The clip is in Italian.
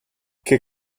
che